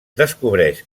descobreix